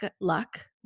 luck